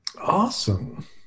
awesome